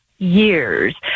years